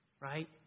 right